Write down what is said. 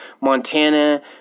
Montana